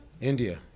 India